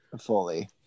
fully